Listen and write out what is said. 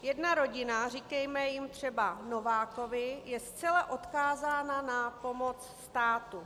Jedna rodina, říkejme jim třeba Novákovi, je zcela odkázána na pomoc státu.